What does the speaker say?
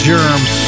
Germs